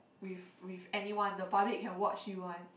with with anyone the public can watch you one